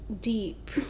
deep